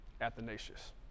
Athanasius